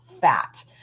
fat